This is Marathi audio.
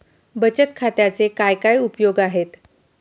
बचत खात्याचे काय काय उपयोग आहेत?